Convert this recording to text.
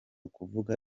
kuvuga